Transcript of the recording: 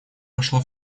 вошла